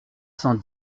cent